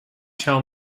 tell